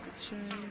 change